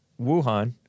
Wuhan